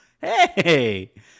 Hey